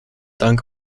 dank